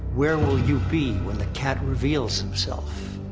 where will you be, when the cat reveals himself?